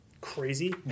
crazy